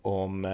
om